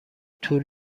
طول